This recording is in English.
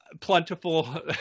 plentiful